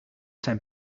zijn